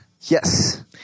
Yes